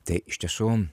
tai iš tiesų